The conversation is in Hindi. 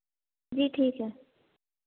जी ठीक है